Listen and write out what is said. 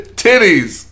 titties